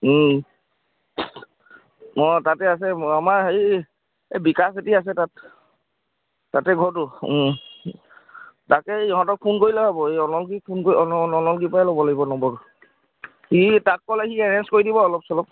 অঁ তাতে আছে আমাৰ হেৰি এই বিকাশ চেতিয়া আছে তাত তাতে ঘৰটো তাকেই ইহঁতক ফোন কৰিলে হ'ব এই অলংগীক ফোন কৰি অলংগীৰ পৰাই ল'ব লাগিব নম্বৰ সি তাত ক'লে সি এৰেঞ্জ কৰি দিব অলপ চলপ